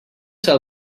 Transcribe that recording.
tell